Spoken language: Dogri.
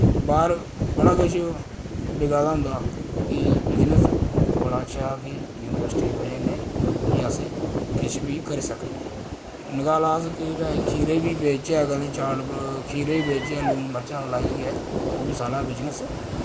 बाह्र बड़ा किश बिका दा होंदा कि बिजनेस बड़ा अच्छा कि यूनिवर्सिटी दी वजह कन्नै कि असें किश करी सकने नकारा अस कि पे खीरे बी बेचचै कदें चाट खीरे बी बेचचै लून मर्चां लाइयै ओह् बी साढ़ा बिजनेस